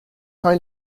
know